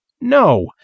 No